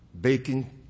baking